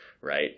Right